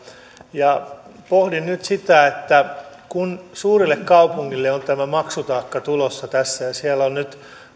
pohdin nyt sitä että kun suurille kaupungeille on tämä maksutaakka tulossa tässä ja siellä on nyt